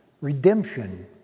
redemption